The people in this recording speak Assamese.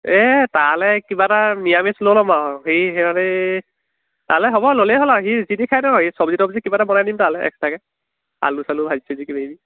এই তালৈ কিবা এটা নিৰামিষ লৈ ল'ম আৰু সি সিয়ালৈ তালৈ হ'ব ল'লেই হ'ল আৰু সি যি টি খাই নহ্ সি চব্জি তব্জি কিবা এটা বনাই দিম তালৈ এক্সট্ৰাকৈ আলু চালু ভাজি চাজি কিবা কিবি